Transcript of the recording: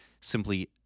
simply